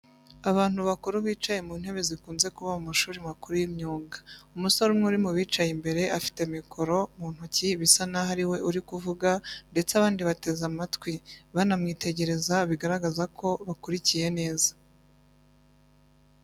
Abantu bakuru bicaye mu ntebe zikunze kuba mu mashuri makuru y'imyuga. Umusore umwe uri mu bicaye imbere afite mikoro mu ntoki bisa n'aho ari we uri kuvuga ndetse abandi bateze amatwi, banamwitegereza bigaragaza ko bakurikiye neza.